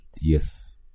Yes